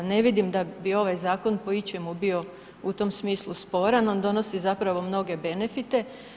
Ne vidim da bi ovaj zakon po ičemu bio u tom smislu sporan, on donosi zapravo mnoge benefite.